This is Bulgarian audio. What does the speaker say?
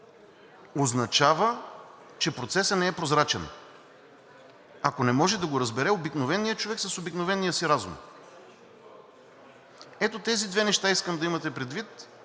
означава, че процесът не е прозрачен. Ако не може да го разбере обикновеният човек с обикновения си разум. Ето тези две неща искам да имате предвид.